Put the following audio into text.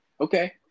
Okay